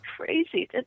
crazy